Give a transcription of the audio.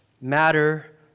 matter